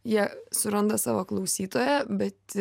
jie suranda savo klausytoją bet